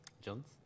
Jones